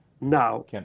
Now